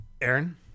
Aaron